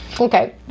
Okay